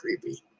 creepy